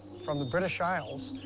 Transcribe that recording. from the british isles,